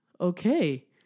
okay